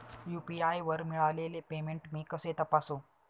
UPI वर मिळालेले payment मी कसे तपासू?